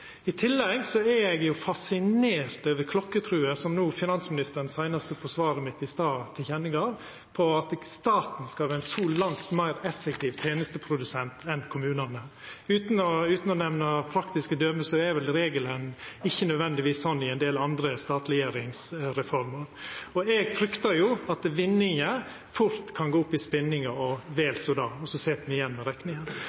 I tillegg er eg fascinert over klokkartrua på, som finansministeren seinast gav til kjenne i svaret til meg i stad, at staten skal vera ein så langt meir effektiv tenesteprodusent enn kommunane. Utan å nemna praktiske døme er vel regelen ikkje nødvendigvis slik i ein del andre statleggjeringsreformer. Eg fryktar at vinninga fort kan gå opp i spinninga, og